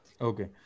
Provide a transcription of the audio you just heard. Okay